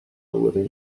living